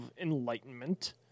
enlightenment